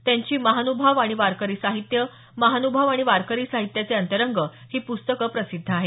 त्यांची महानुभाव आणि वारकरी साहित्य महानुभाव आणि वारकरी साहित्याचे अंतरंग ही पुस्तके प्रसिद्ध आहेत